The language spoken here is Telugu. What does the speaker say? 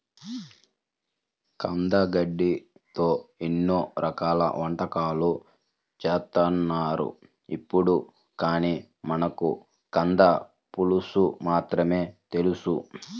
కందగడ్డతో ఎన్నో రకాల వంటకాలు చేత్తన్నారు ఇప్పుడు, కానీ మనకు కంద పులుసు మాత్రమే తెలుసు